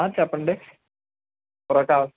చెప్పండి ప్రతాప్